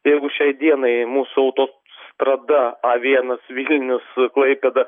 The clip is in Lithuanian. jeigu šiai dienai mūsų autostrada a vienas vilnius klaipėda